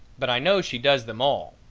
but i know she does them all.